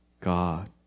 God